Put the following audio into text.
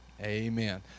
Amen